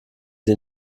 sie